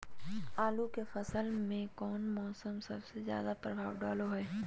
आलू के फसल में कौन मौसम सबसे ज्यादा प्रभाव डालो हय?